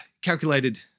calculated